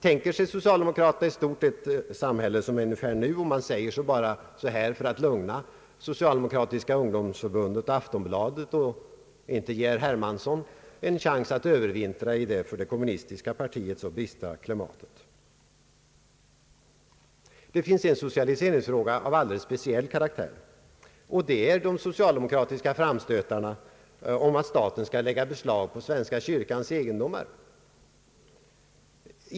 Tänker sig socialdemokraterna i stort ett samhälle ungefär som det vi nu har, säger man så här bara för att lugna socialdemokratiska ungdomsförbundet och Aftonbladet och för att inte ge herr Hermansson en chans att övervintra i det för kommunistiska partiet så bistra klimatet? Det finns en socialiseringsfråga av alldeles speciell karaktär, nämligen de socialdemokratiska framstötarna om att staten skall lägga beslag på kyrkans egendom.